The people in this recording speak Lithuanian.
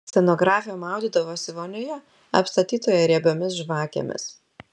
scenografė maudydavosi vonioje apstatytoje riebiomis žvakėmis